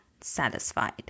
satisfied